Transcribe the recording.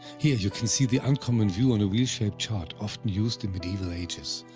here you can see the uncommon view on a wheel shaped chart often used in medieval ages.